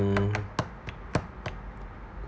mm